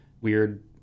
weird